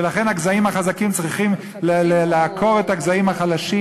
ולכן הגזעים החזקים צריכים לעקור את הגזעים החלשים.